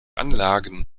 anlagen